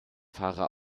fahrer